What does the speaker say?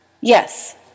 Yes